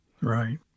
Right